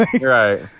right